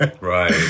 Right